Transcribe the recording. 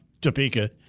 Topeka